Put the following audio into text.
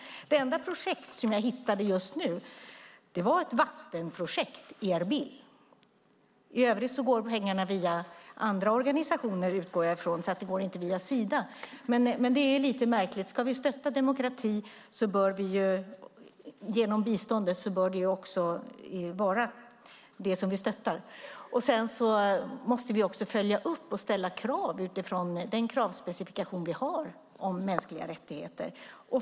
Det enda projekt som jag hittade just nu var ett vattenprojekt i Erbil. I övrigt går pengarna via andra organisationer, utgår jag från, och inte via Sida. Det här är lite märkligt, för ska vi stötta demokrati genom biståndet bör det också vara det som vi stöttar. Vi måste också följa upp och ställa krav utifrån den kravspecifikation vi har om mänskliga rättigheter.